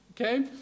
Okay